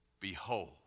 Behold